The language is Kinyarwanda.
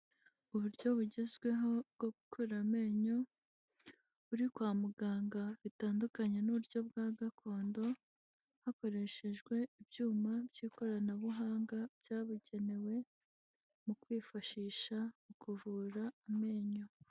Uburyo bugezweho bwo gukura amenyo, uri kwa muganga bitandukanye n'uburyo bwa gakondo, hakoreshejwe ibyuma by'ikoranabuhanga byabugenewe, mu kwifashisha mu kuvura amenyo.